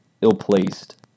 ill-placed